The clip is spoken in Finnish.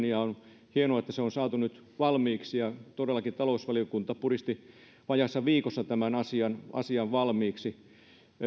ja on hienoa että se on saatu nyt valmiiksi ja todellakin talousvaliokunta puristi vajaassa viikossa tämän asian asian valmiiksi